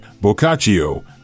Boccaccio